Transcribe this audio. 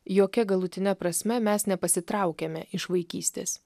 jokia galutine prasme mes nepasitraukėme iš vaikystės